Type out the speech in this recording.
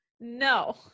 No